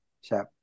Chef